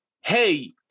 hey